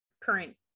current